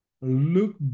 look